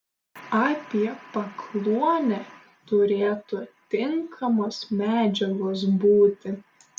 apie pakluonę turėtų tinkamos medžiagos būti